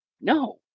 No